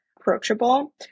approachable